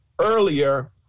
earlier